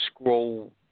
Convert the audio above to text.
scroll